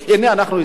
אנחנו הצלחנו.